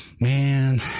man